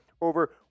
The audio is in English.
over